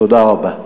תודה רבה.